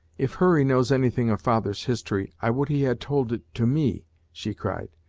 if hurry knows anything of father's history, i would he had told it to me! she cried.